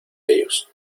ellos